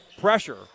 pressure